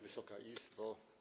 Wysoka Izbo!